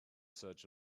such